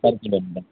per kilo meter